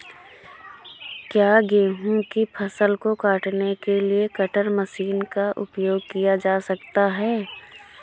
क्या गेहूँ की फसल को काटने के लिए कटर मशीन का उपयोग किया जा सकता है?